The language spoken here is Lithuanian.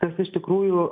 tas iš tikrųjų